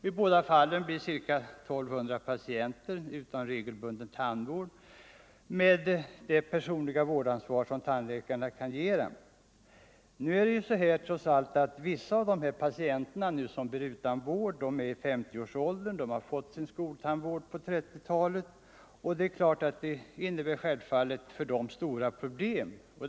I båda fallen blir ca 1 200 patienter utan regelbunden tandvård och det personliga vårdansvar som tandläkaren kan ta för dem. Vissa av de patienter som blir utan vård är i 50-årsåldern. De har fått sin skoltandvård på 1930-talet, och det innebär stora problem för dem att nu bli utan vård.